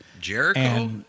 Jericho